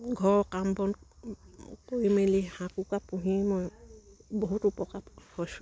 ঘৰৰ কাম বন কৰি মেলি হাঁহ কুকুৰা পুহি মই বহুত উপকাৰ হৈছোঁ